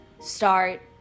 start